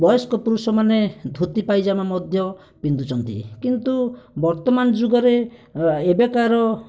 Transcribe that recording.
ବୟସ୍କ ପୁରୁଷମାନେ ଧୋତି ପାଇଜାମା ମଧ୍ୟ ପିନ୍ଧୁଛନ୍ତି କିନ୍ତୁ ବର୍ତ୍ତମାନ ଯୁଗରେ ଏବେକାର